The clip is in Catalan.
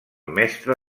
mestre